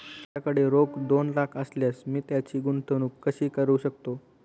माझ्याकडे रोख दोन लाख असल्यास मी त्याची गुंतवणूक कशी करू शकतो?